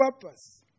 purpose